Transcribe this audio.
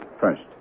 First